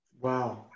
Wow